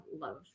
love